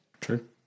true